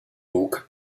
book